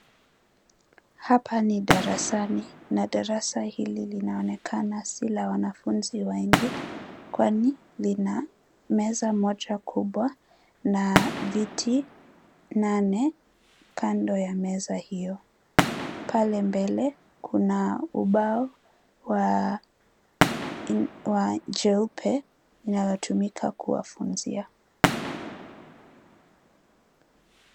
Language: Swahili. Hapa ni darasani na darasa hili linaonekana si ya wanafunzi wengi kwani lina meza moja kubwa na viti nane kando ya meza hio, pale mbele kuna ubao wa chupe inayo tumika kuwafunzia.